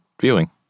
viewing